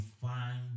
find